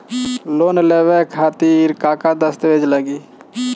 Loan लेवे खातिर का का दस्तावेज लागी?